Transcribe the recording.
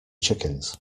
chickens